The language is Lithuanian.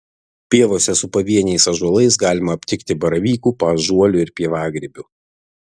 pievose su pavieniais ąžuolais galima aptikti baravykų paąžuolių ir pievagrybių